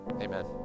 amen